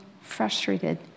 frustrated